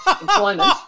employment